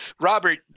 Robert